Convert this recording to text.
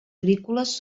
agrícoles